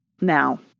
now